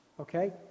okay